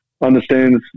understands